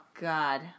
God